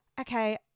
Okay